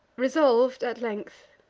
resolv'd at length,